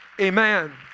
Amen